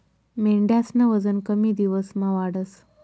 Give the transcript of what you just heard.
मेंढ्यास्नं वजन कमी दिवसमा वाढस